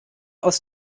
aus